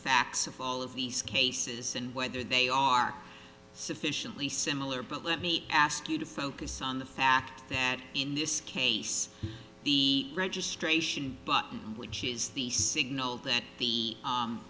facts of all of these cases and whether they are sufficiently similar but let me ask you to focus on the fact that in this case the registration button which is the signal that the